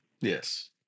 Yes